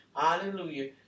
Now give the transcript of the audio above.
Hallelujah